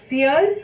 Fear